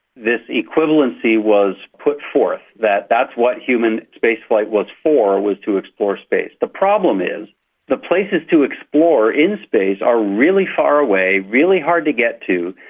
this equivalency was put forth, that that's what human spaceflight was for, was to explore space. the problem is the places to explore in space are really far away, really hard to get to,